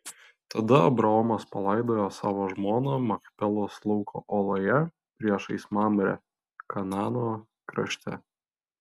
tada abraomas palaidojo savo žmoną machpelos lauko oloje priešais mamrę kanaano krašte